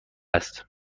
است